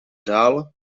dál